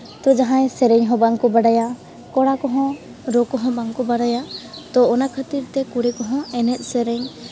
ᱛᱳ ᱡᱟᱦᱟᱸᱭ ᱥᱮᱨᱮᱧ ᱦᱚᱸ ᱵᱟᱝ ᱠᱚ ᱵᱟᱲᱟᱭᱟ ᱠᱚᱲᱟ ᱠᱚᱦᱚᱸ ᱨᱩ ᱠᱚᱦᱚ ᱵᱟᱝ ᱠᱚ ᱵᱟᱲᱟᱭᱟ ᱛᱳ ᱚᱱᱟ ᱠᱷᱟᱹᱛᱤᱨᱛᱮ ᱠᱩᱲᱤ ᱠᱚᱦᱚᱸ ᱮᱱᱮᱡ ᱥᱮᱨᱮᱧ